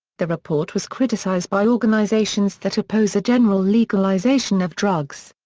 the report was criticized by organizations that oppose a general legalization of drugs.